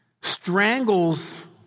strangles